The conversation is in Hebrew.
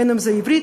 בין שזו עברית,